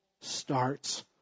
starts